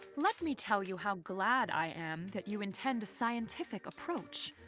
let me tell you how glad i am that you intend a scientific approach.